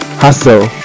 hustle